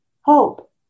hope